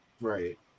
Right